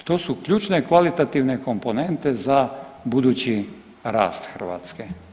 E to su ključne i kvalitativne komponente za budući rast Hrvatske.